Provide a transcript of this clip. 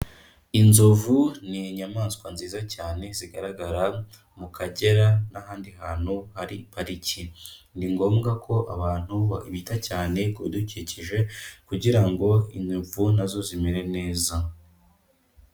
Inzovu ni inyamaswa nziza cyane zigaragara mu kagera n'ahandi hantu hari pariki, ni ngombwa ko abantubita cyane ku bidukikije kugira ngo inzovu nazo zimere neza.